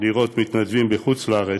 לראות מתנדבים בחוץ-לארץ,